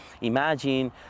imagine